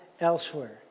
elsewhere